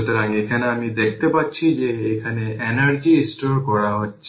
সুতরাং এখানে আমি দেখতে পাচ্ছি যে এখানে এনার্জি স্টোর করা হচ্ছে